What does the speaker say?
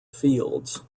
fields